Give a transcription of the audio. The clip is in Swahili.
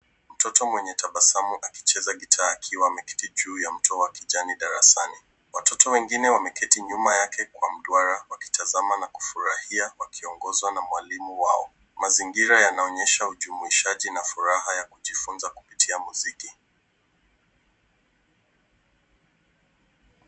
Mtoto mwenye tabasamu akicheza gitaa akiwa ameketi juu ya mto wa kijani darasani. Watoto wengine wameketi nyuma yake kwa mduara wakitazama na kufurahia wakiongizwa na mwalimu wao. Mazingira yanaonyesha ujumuishaji na furaha ya kujifunza kupitia muziki.